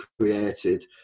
created